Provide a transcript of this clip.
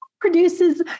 produces